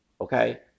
Okay